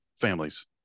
families